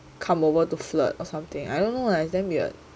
come over to flirt or something I don't know lah is damn weird